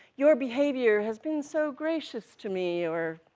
your behavior has been so gracious to me, or,